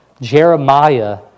Jeremiah